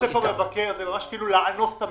מה שעושה פה המבקר זה ממש לאנוס את המפלגה.